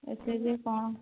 S H G କ'ଣ